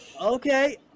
okay